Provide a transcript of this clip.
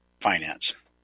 finance